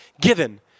given